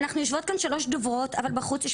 אנחנו יושבות כאן שלוש דוברות אבל בחוץ יש